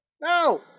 No